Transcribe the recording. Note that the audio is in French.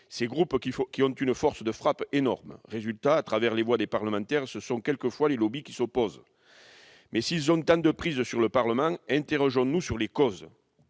Ces groupes ont une force de frappe énorme. Résultat : au travers des voix des parlementaires, ce sont quelquefois les lobbys qui s'opposent. S'ils ont tant de prise sur le Parlement, interrogeons-nous sur les causes